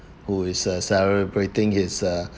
who is uh celebrating his uh